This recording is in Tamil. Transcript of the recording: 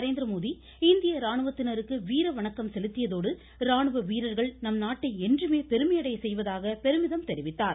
நரேந்திரமோடி இந்திய ராணுவத்தினருக்கு வீர வணக்கம் செலுத்தியதோடு ராணுவ வீரர்கள் நம் நாட்டை என்றுமே பெருமை அடைய செய்வதாக பெருமிதம் தெரிவித்தார்